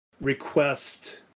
request